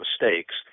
mistakes